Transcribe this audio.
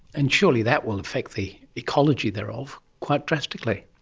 and surely that will affect the ecology thereof quite drastically.